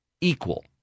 Equal